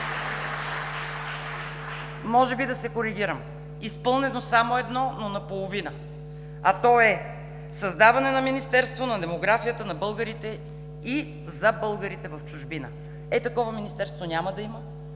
Може би да се коригирам – изпълнено само едно, но наполовина, а то е: създаване на Министерство на демографията на българите и за българите в чужбина. Е, такова министерство няма да има